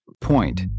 point